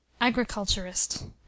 Agriculturist